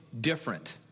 different